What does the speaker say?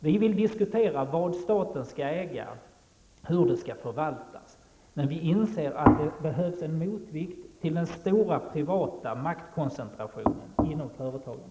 Vi vill diskutera vad staten skall äga och hur det skall förvaltas. Men vi inser att det behövs en motvikt till den stora privata maktkoncentrationen inom företagen.